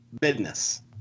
business